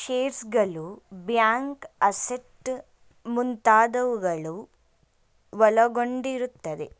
ಶೇರ್ಸ್ಗಳು, bank assets ಮುಂತಾದವುಗಳು ಒಳಗೊಂಡಿರುತ್ತದೆ